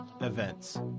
events